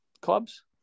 clubs